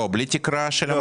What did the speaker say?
בלי תקרה של המחזור?